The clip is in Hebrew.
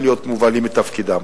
להיות מובלים מתפקידם.